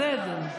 בסדר.